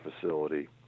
facility